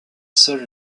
seules